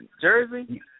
jersey